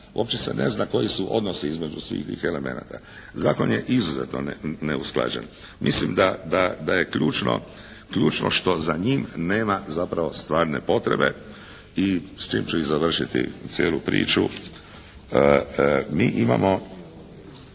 Uopće se ne zna koji su odnosi između svih tih elemenata. Zakon je izuzetno neusklađen. Mislim da je ključno što za njim nema zapravo stvarne potrebe i s tim ću i završiti cijelu priču. Mi imamo